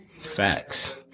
Facts